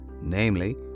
namely